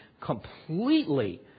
completely